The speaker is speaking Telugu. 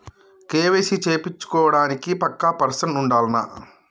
కే.వై.సీ చేపిచ్చుకోవడానికి పక్కా పర్సన్ ఉండాల్నా?